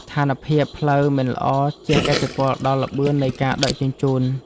ស្ថានភាពផ្លូវមិនល្អជះឥទ្ធិពលដល់ល្បឿននៃការដឹកជញ្ជូន។